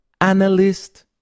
Analyst